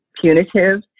punitive